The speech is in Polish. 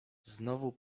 znowu